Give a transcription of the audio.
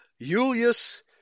Julius